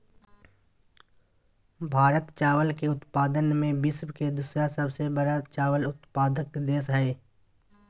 भारत चावल के उत्पादन में विश्व के दूसरा सबसे बड़ा चावल उत्पादक देश हइ